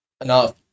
enough